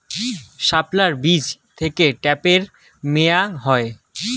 শাপলার বীজ থেকে ঢ্যাপের মোয়া হয়?